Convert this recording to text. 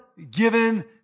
given